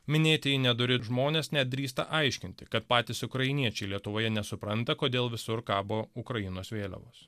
minėtieji nedori žmonės net drįsta aiškinti kad patys ukrainiečiai lietuvoje nesupranta kodėl visur kabo ukrainos vėliavos